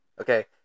Okay